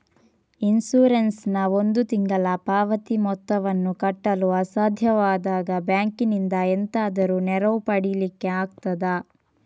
Insurance ನ ಒಂದು ತಿಂಗಳ ಪಾವತಿ ಮೊತ್ತವನ್ನು ಕಟ್ಟಲು ಅಸಾಧ್ಯವಾದಾಗ ಬ್ಯಾಂಕಿನಿಂದ ಎಂತಾದರೂ ನೆರವು ಪಡಿಲಿಕ್ಕೆ ಆಗ್ತದಾ?